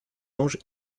anges